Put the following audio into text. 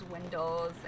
windows